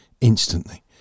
instantly